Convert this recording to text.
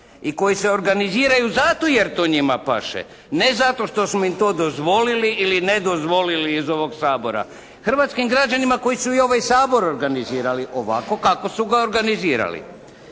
i koji se organiziraju zato jer to njima paše, ne zato što smo im to dozvolili ili ne dozvolili iz ovog Sabora. Hrvatskim građanima koji su i ovaj Sabor organizirali ovako kako su ga organizirali.